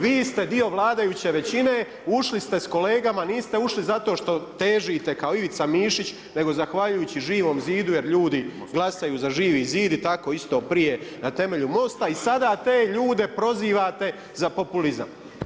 Vi ste dio vladajuće većine, ušli ste s kolegama, niste ušli zato što težite kao Ivica Mišić, nego zahvaljujući Živom zidu, jer ljudi glasuju za Živi zid i tako isto prije na temelju Mosta i sada te ljude prozivate za populizam.